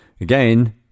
Again